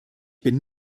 bin